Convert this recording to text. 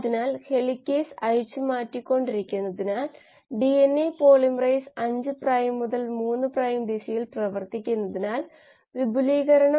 അതിനാൽ ഈ മാട്രിക്സിനെ അതിന്റെ ഇൻവെർസ് കൊണ്ട് ഗുണിച്ചാൽ ഇത് ഇല്ലാതാകും ഇതിനെ അതേ ഇൻവെർസ് മാട്രിക്സ് കൊണ്ട് ഗുണിച്ചാൽ ഈ പദം നിലനിൽക്കും എന്തായാലും ഇത് പൂജ്യമാണ്